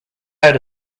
out